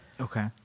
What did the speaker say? Okay